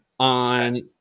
On